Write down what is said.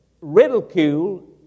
Ridicule